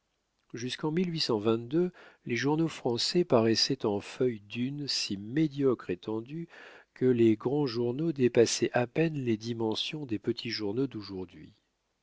jusqu'en les journaux français paraissaient en feuilles d'une si médiocre étendue que les grands journaux dépassaient à peine les dimensions des petits journaux d'aujourd'hui